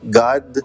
god